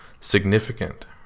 significant